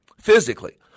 physically